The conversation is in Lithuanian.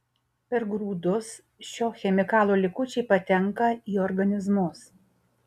per grūdus šio chemikalo likučiai patenka į organizmus